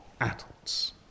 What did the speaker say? adults